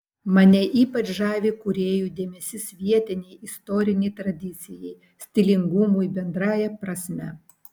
mane ypač žavi kūrėjų dėmesys vietinei istorinei tradicijai stilingumui bendrąja prasme